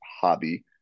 hobby